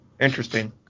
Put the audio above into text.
Interesting